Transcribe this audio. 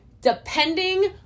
depending